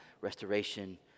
restoration